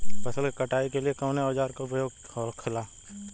फसल की कटाई के लिए कवने औजार को उपयोग हो खेला?